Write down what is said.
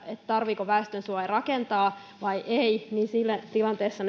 tarvitseeko väestönsuoja rakentaa vai ei siinä tilanteessa